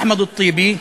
אחמד טיבי,